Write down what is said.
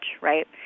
right